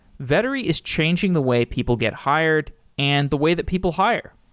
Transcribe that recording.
vettery is changing the way people get hired and the way that people hire.